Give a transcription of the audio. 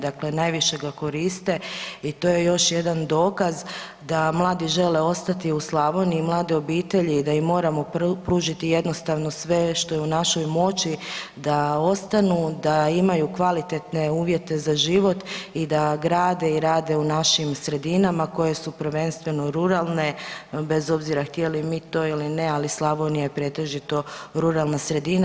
Dakle, najviše ga koriste i to je još jedan dokaz da mladi žele ostati u Slavoniji i mlade obitelji i da im moramo pružiti jednostavno sve što je u našoj moći da ostanu, da imaju kvalitetne uvjete za život i da grade i rade u našim sredinama koje su prvenstveno ruralne bez obzira htjeli mi to ili ne, ali Slavonija je pretežito ruralna sredina.